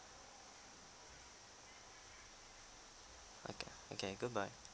okay okay goodbye